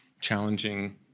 challenging